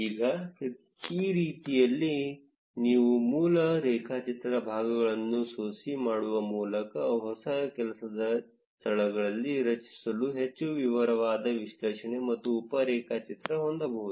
ಈ ರೀತಿಯಲ್ಲಿ ನೀವು ಮೂಲ ರೇಖಾಚಿತ್ರ ಭಾಗಗಳನ್ನು ಸೊಸಿ ಮಾಡುವ ಮೂಲಕ ಹೊಸ ಕೆಲಸದ ಸ್ಥಳಗಳಲ್ಲಿ ರಚಿಸಲು ಹೆಚ್ಚು ವಿವರವಾದ ವಿಶ್ಲೇಷಣೆ ಮತ್ತು ಉಪ ರೇಖಾಚಿತ್ರ ಹೊಂದಬಹುದು